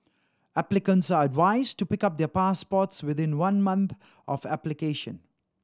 applicants are advised to pick up their passports within one month of application